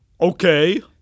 Okay